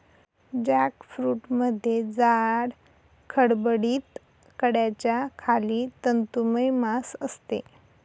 जॅकफ्रूटमध्ये जाड, खडबडीत कड्याच्या खाली तंतुमय मांस असते